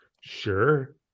Sure